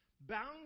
Bound